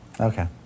Okay